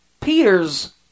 Peter's